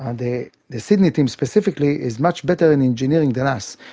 and the sydney team specifically is much better in engineering than us.